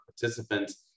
participants